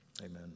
Amen